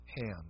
hand